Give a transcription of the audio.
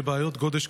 לבעיות גודש,